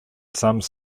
some